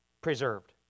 preserved